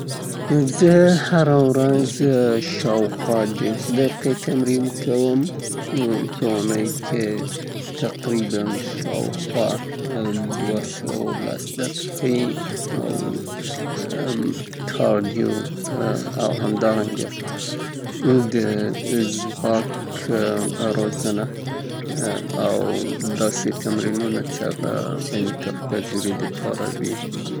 زه هره ورځ شاوخوا دیرش دقیقې کې فزیکي تمرین تیروم. په اونۍ کې دوه سوه و لس دقیقې کې، پدې کې مختلف فعالیتونو شامل دي لکه قدم وهل، منډه وهل او همدارنګه ځینې اوقات دا لدې نه زیاتیږي هم، ځکه په ټیم کې د فوټبال لوبه کول.